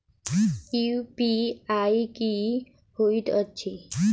UPI की होइत अछि